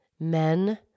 Men